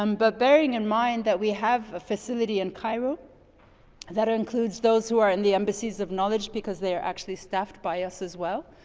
um but bearing in mind that we have a facility in cairo that includes those who are in the embassies of knowledge because they're actually staffed by us as well.